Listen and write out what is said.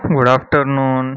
good afternoon